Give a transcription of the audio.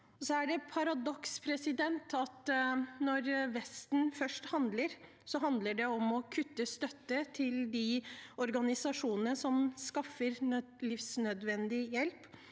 Det er et paradoks at når Vesten først handler, handler det om å kutte støtte til de organisasjonene som skaffer livsnødvendig hjelp,